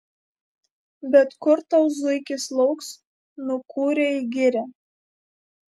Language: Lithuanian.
bet kur tau zuikis lauks nukūrė į girią